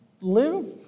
live